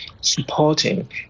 supporting